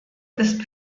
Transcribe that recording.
ist